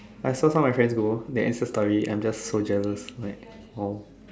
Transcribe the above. I so far my friend go their endless story I'm just for jealous right oh